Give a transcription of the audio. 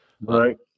Right